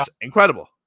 incredible